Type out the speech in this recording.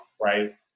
right